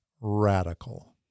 radical